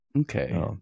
Okay